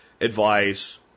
advice